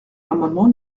l’amendement